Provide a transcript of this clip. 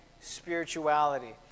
spirituality